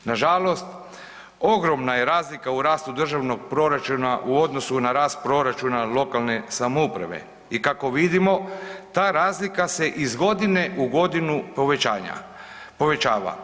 Nažalost ogromna je razlika u rastu državnog proračuna u odnosu na rast proračuna lokalne samouprave i kako vidimo, ta razlika se iz godine u godinu povećava.